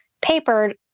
papered